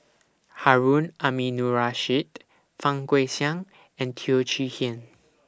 Harun Aminurrashid Fang Guixiang and Teo Chee Hean